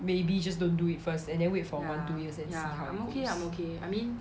maybe just don't do it first and then wait for one two years and see how it goes